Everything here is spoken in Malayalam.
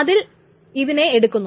അതിൽ ഇതിനെ എടുക്കുന്നു